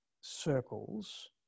circles